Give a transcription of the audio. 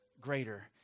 greater